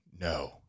no